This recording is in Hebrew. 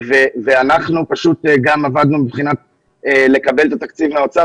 אנחנו עבדנו כדי לקבל את התקציב מהאוצר